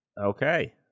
Okay